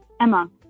Emma